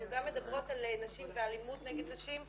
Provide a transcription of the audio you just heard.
אנחנו גם מדברות על נשים ואלימות נגד נשים,